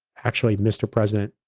actually, mr. president,